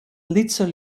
lytse